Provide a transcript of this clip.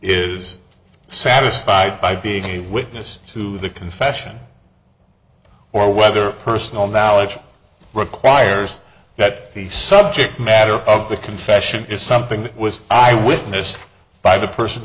is satisfied by being a witness to the confession or whether personal knowledge requires that the subject matter of the confession is something that was witnessed by the person